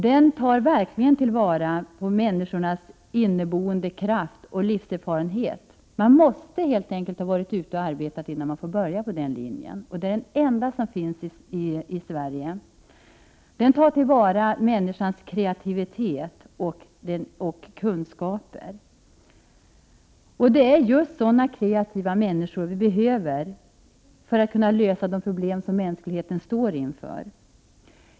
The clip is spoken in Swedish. Den tar verkligen till vara människors inneboende kraft och livserfarenhet. Man måste helt enkelt ha varit ute och arbetat innan man får börja på den linjen. Det är den enda som finns i Sverige. Den tar till vara människans kreativitet och kunskaper. Det är sådana kreativa människor vi behöver för att kunna lösa de problem som mänskligheten står inför.